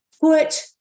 put